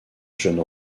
jeune